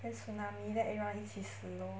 then tsunami then everyone 一起死 lor